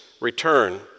return